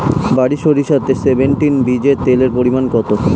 বারি সরিষা সেভেনটিন বীজে তেলের পরিমাণ কত?